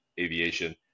aviation